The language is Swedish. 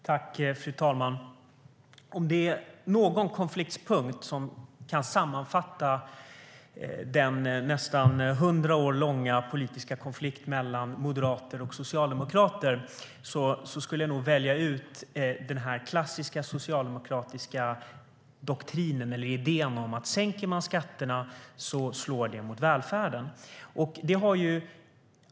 Fru talman! Om det är någon konfliktpunkt som kan sammanfatta den nästan hundra år långa politiska konflikten mellan moderater och socialdemokrater skulle jag välja ut den klassiska socialdemokratiska idén om att om man sänker skatterna så slår det mot välfärden.